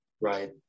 right